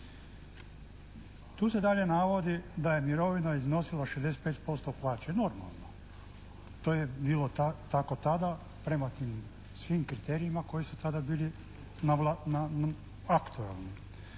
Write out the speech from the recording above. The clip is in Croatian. Tu se dalje navodi da je mirovina iznosila 65% plaće. Normalno. To je bilo tako tada prema tim svim kriterijima koji su tada bili aktualni.